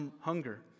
hunger